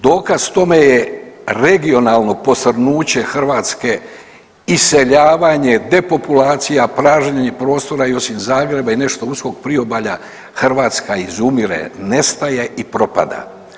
Dokaz tome je regionalno posrnuće Hrvatske, iseljavanje, depopulacija, pražnjenje prostora i osim Zagreba i nešto uskog priobalja Hrvatska izumire, nestaje i propada.